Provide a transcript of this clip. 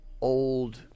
old